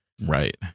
right